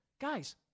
guys